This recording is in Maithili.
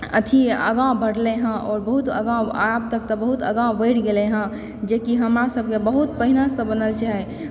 अथी आगाँ बढ़लै हँ आओर बहुत आगाँ अब तक तऽ बहुत आगाँ बढ़ि गेलै हँ जेकि हमरा सभके बहुत पहिनेसँ बनल छै